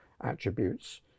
attributes